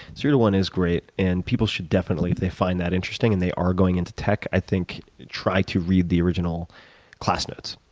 zero to one is great and people should definitely, if they find that interesting and they are going into tech, i think try to read the original class notes,